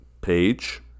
page